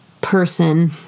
person